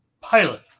pilot